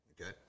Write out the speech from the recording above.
Okay